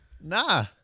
Nah